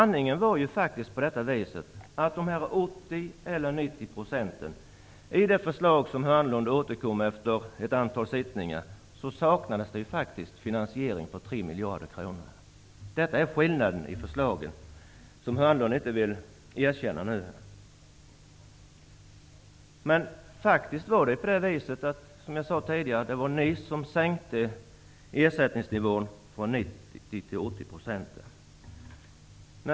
När det gäller nivån 80 % eller 90 % var ju sanningen den att det i det förslag som Börje Hörnlund återkom med efter ett antal sittningar saknades finansiering för 3 miljarder kronor. Detta är skillnaden mellan förslagen, som Börje Hörnlund nu inte vill erkänna. Som jag sade tidigare var det ni som sänkte ersättningsnivån från 90 % till 80 %.